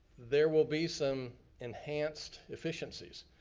there will be some enhanced efficiencies.